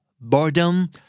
boredom